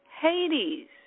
Hades